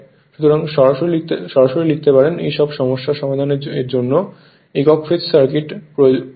সুতরাং সরাসরি লিখতে পারেন এই সব সমস্যার সমাধান এর জন্য একক ফেজ সার্কিট প্রয়োজন